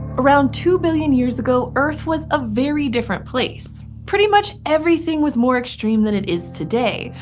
around two billion years ago, earth was a very different place. pretty much everything was more extreme than it is today,